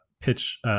pitch